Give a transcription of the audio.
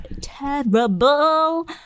terrible